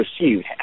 received